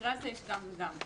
במקרה הזה יש גם וגם.